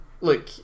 Look